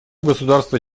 государства